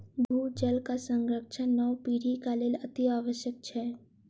भूजलक संरक्षण नव पीढ़ीक लेल अतिआवश्यक छै